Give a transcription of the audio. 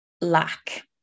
lack